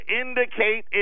indicate